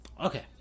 Okay